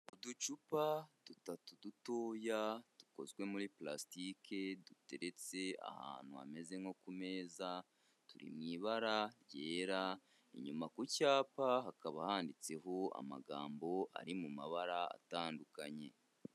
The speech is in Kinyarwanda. Uducupa dutatu dutoya dukozwe muri pulasitike duteretse ahantu hameze nko ku meza, turi mu ibara ryera, inyuma ku cyapa hakaba handitseho amagambo ari mu mabara atandukanye.